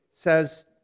says